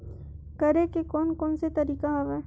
करे के कोन कोन से तरीका हवय?